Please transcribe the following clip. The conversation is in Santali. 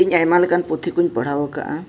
ᱤᱧ ᱟᱭᱢᱟ ᱞᱮᱠᱟᱱ ᱯᱩᱛᱷᱤ ᱠᱚᱧ ᱯᱟᱲᱦᱟᱣ ᱟᱠᱟᱜᱼᱟ